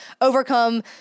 overcome